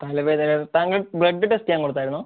തലവേദന താങ്കൾ blood test ചെയ്യാൻ കൊടുത്തായിരുന്നോ